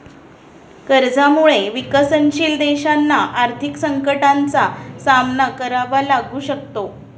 कर्जामुळे विकसनशील देशांना आर्थिक संकटाचा सामना करावा लागू शकतो